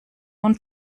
nun